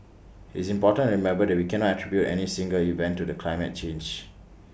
IT is important to remember that we cannot attribute any single event to the climate change